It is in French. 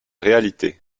réalités